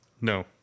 no